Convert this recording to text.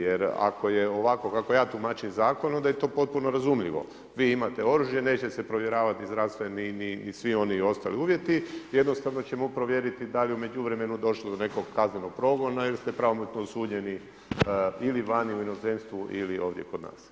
Jer ako je ovako kako ja tumačim zakon onda je to potpuno razumljivo, vi imate oružje neće se provjeravati zdravstveni ni svi oni ostali uvjeti, jednostavno će mu provjeriti da li je u međuvremenu došlo do nekog kaznenog progona ili ste pravomoćno osuđeni ili vani u inozemstvu ili ovdje kod nas.